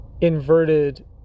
Inverted